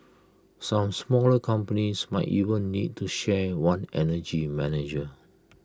some smaller companies might even need to share one energy manager